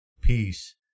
peace